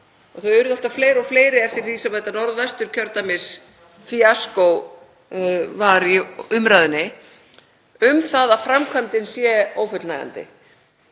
og þau urðu alltaf fleiri og fleiri þegar þetta Norðvesturkjördæmisfíaskó var í umræðunni, um það að framkvæmdin sé ófullnægjandi.